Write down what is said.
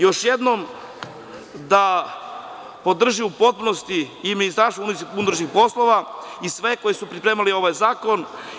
Još jednom da podržim u potpunosti i MUP i sve koji su pripremali ovaj zakon.